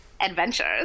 adventures